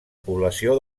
població